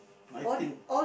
nineteen